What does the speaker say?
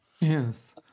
Yes